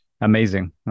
amazing